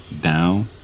down